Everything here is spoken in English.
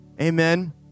Amen